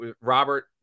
Robert